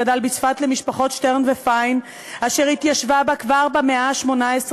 גדל בצפת למשפחות שטרן ופיין אשר התיישבו בה כבר במאה ה-18,